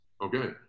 Okay